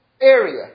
area